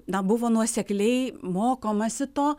na buvo nuosekliai mokomasi to